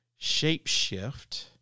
shapeshift